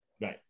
Right